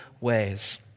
ways